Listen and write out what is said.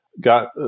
Got